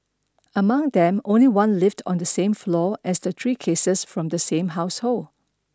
among them only one lived on the same floor as the three cases from the same household